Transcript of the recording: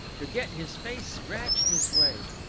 to get his face scratched this way?